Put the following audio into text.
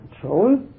control